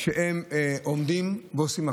הם עומדים ועושים הכול.